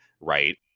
right